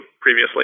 previously